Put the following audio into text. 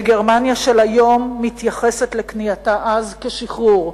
וגרמניה של היום מתייחסת לכניעתה אז כאל שחרור,